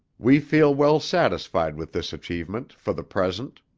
we feel well-satisfied with this achievement for, the present.